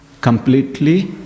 completely